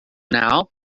now